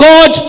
God